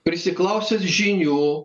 prisiklausęs žinių